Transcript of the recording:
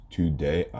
Today